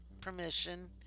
permission